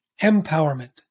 empowerment